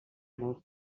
molt